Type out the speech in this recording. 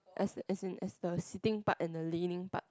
as as in as the sitting part and the leaning part